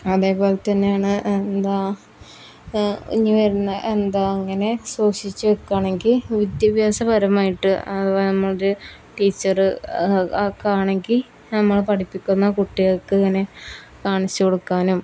അതേപോലെ തന്നെയാണ് എന്താ ഇനി വരുന്ന എന്താ അങ്ങനെ സൂക്ഷിച്ച് വെക്കുകയാണെങ്കിൽ വിദ്യാഭ്യാസപരമായിട്ട് നമ്മളുടെ ടീച്ചർ ആവുകയാണെങ്കിൽ നമ്മൾ പഠിപ്പിക്കുന്ന കുട്ടികൾക്ക് ഇങ്ങനെ കാണിച്ചു കൊടുക്കാനും